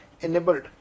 Enabled